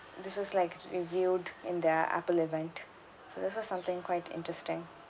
this was like revealed in their apple event so this is something quite interesting